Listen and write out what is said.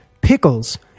pickles